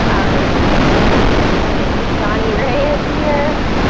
um must be my eight youtube settings johnny ray is here.